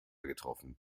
getroffen